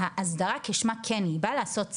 ההסדרה כשמה כן היא, באה לעשות סדר,